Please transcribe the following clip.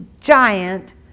giant